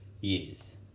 years